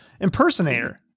impersonator